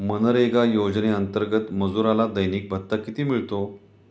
मनरेगा योजनेअंतर्गत मजुराला दैनिक भत्ता किती मिळतो?